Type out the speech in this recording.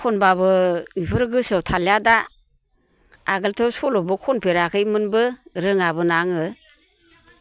खनबाबो बेफोर गोसोआव थालिया दा आगोलथ' सल'बो खनफेराखैमोनबो रोङाबो ना आङो